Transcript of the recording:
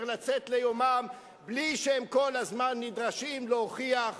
לצאת ליומם בלי שהם כל הזמן נדרשים להוכיח.